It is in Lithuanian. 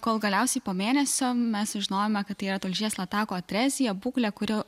kol galiausiai po mėnesio mes sužinojome kad yra tulžies latakų atrezija būklė kuri